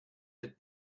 that